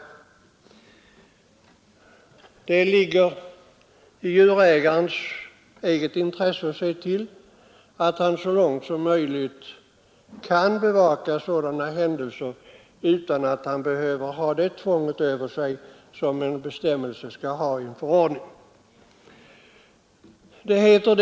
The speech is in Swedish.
Det ligger i djurägarens eget intresse att se till att han så långt möjligt kan bevaka sådana händelser utan att behöva ha det tvång över sig som en bestämmelse i en förordning kan medföra.